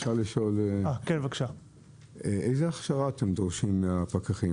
אפשר לשאול איזה הכשרה אתם דורשים מהפקחים?